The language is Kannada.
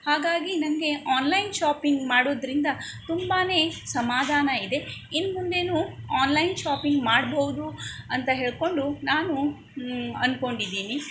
ಹಾಗಾಗಿ ನನಗೆ ಆನ್ಲೈನ್ ಶಾಪಿಂಗ್ ಮಾಡೋದ್ರಿಂದ ತುಂಬಾ ಸಮಾಧಾನ ಇದೆ ಇನ್ಮುಂದೇನು ಆನ್ಲೈನ್ ಶಾಪಿಂಗ್ ಮಾಡ್ಬೋದು ಅಂತ ಹೇಳ್ಕೊಂಡು ನಾನು ಅನ್ಕೊಂಡಿದ್ದಿನಿ